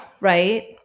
right